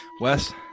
Wes